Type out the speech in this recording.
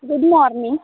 good morning